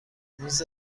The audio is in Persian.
میز